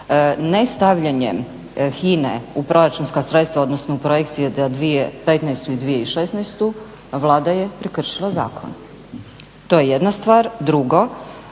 Ne stavljanjem HINA-e u proračunska sredstva odnosno u projekcije za 2015.i 2016. Vlada je prekršila zakon. To je jedna stvar. Drugo,